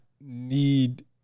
need